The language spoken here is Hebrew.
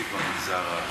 הבלתי-חוקית במגזר הערבי.